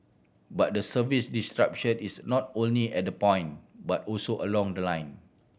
but the service disruption is not only at the point but also along the line